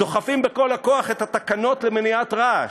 דוחפים בכל הכוח את התקנות למניעת רעש,